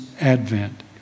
advent